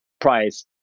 price